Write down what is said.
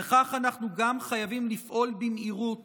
וכן אנחנו גם חייבים לפעול במהירות